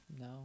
No